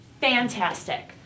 fantastic